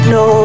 no